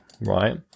right